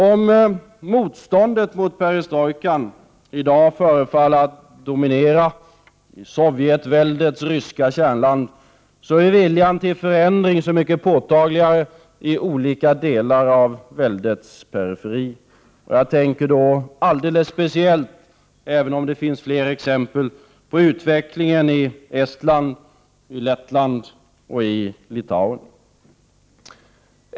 Om motståndet mot perestrojkan i dag förefaller att dominera i Sovjetväldets ryska kärnland, är viljan till förändring så mycket påtagligare i olika delar av väldets periferi. Jag tänker då alldeles speciellt, även om det finns fler exempel, på utvecklingen i Estland, Lettland och Litauen.